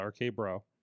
RK-Bro